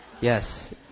yes